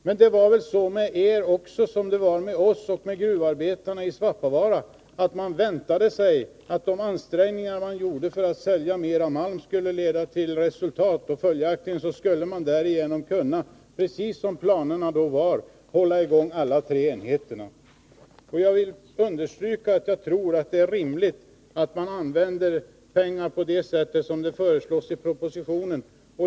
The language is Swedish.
Men det var väl så med er också som det var med oss och med gruvarbetarna i Svappavaara — man väntade sig att de ansträngningar man gjorde för att sälja mera malm skulle leda till resultat. Följaktligen skulle man därigenom kunna, precis som planerna då var, hålla i gång alla tre enheterna. Jag vill understryka att jag tror att det är rimligt att använda pengar på det sätt som föreslås i propositionen.